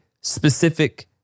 specific